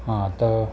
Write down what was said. हां तर